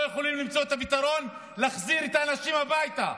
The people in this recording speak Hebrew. לא יכולים למצוא את הפתרון ולהחזיר את האנשים הביתה.